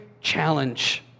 challenge